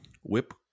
Whip